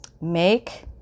make